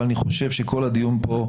אבל אני חושב שכל הדיון פה,